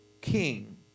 king